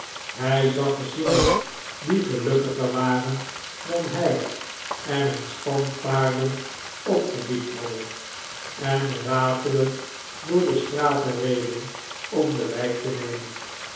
hij zag gezinnen die gelukkiger waren dan hij en een span paarden opgediept hadden en ratelend door de straten reden om de wijk te nemen